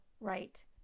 right